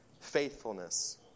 faithfulness